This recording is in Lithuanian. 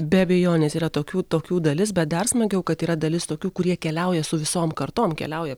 be abejonės yra tokių tokių dalis bet dar smagiau kad yra dalis tokių kurie keliauja su visom kartom keliauja